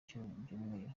cy’icyumweru